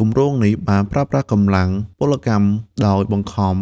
គម្រោងនេះបានប្រើប្រាស់កម្លាំងពលកម្មដោយបង្ខំ